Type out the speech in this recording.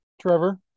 Trevor